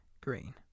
Green